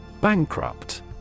Bankrupt